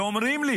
ואומרים לי: